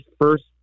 first